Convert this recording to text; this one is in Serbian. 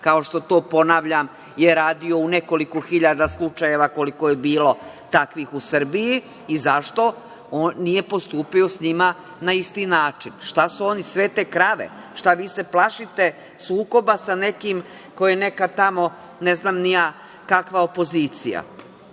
kao što to je, ponavljam, je radio u nekoliko hiljadu slučajeva koliko je bilo takvih u Srbiji i zašto nije postupio sa njima na isti način? Da li su oni svete krave? Šta vi se plašite sukoba sa nekim ko je neka tamo, ne znam ni ja, kakva opozicija.